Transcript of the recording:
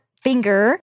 finger